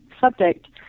subject